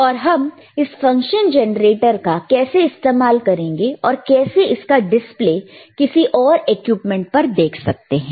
और हम इस फंक्शन जनरेटर का कैसे इस्तेमाल करेंगे और कैसे इसका डिस्प्ले किसी और इक्विपमेंट पर देख सकते हैं